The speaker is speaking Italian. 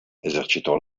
esercitò